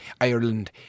Ireland